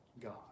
God